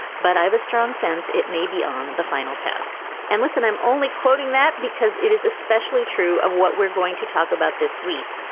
but i have a strong sense it may be on the final test. and listen, i'm only quoting that because it is especially true of what we're going to talk about this week.